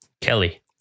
Kelly